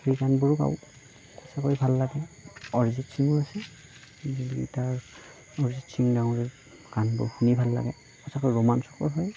সেই গানবোৰো গাওঁ সঁচাকৈ ভাল লাগে অৰিজিত সিঙো আছে তাৰ অৰিজিত সিং ডাঙৰীয়াৰ গানবোৰ শুনি ভাল লাগে সঁচাকৈ ৰোমাঞ্চকৰ হয়